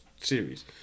series